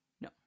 No